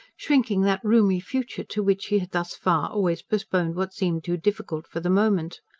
shrinking that roomy future to which he had thus far always postponed what seemed too difficult for the moment.